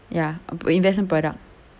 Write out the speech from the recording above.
ya investment product